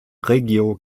reggio